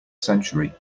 century